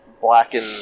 blackened